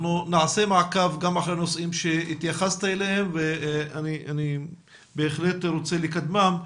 נעשה מעקב גם אחרי נושאים שהתייחסת אליהם ואני בהחלט רוצה לקדמם.